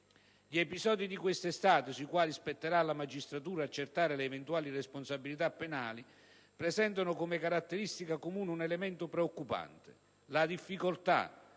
Gli episodi di questa estate, sui quali spetterà alla magistratura accertare le eventuali responsabilità penali, presentano come caratteristica comune un elemento preoccupante: la difficoltà,